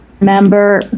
member